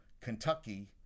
Kentucky